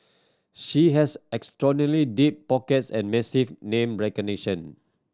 she has extraordinary deep pockets and massive name recognition